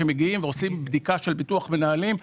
שמגיעים ועושים בדיקה של ביטוח מנהלים,